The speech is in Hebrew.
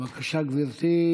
בבקשה, גברתי,